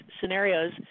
scenarios